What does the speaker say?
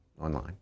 online